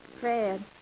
Fred